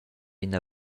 ina